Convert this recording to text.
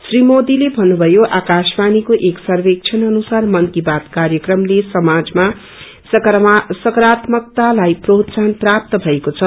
श्री मोदीले भन्नुभयो आकाशवाणीको एका सर्वेक्षण अनुसार मन की बात कार्यक्रमले समाजमा सकारात्मकतालाई प्रोत्साहन प्राप्त भएको छ